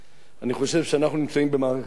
אני חושב שאנחנו נמצאים במערכת בחירות,